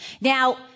Now